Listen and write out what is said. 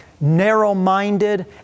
narrow-minded